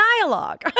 dialogue